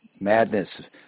Madness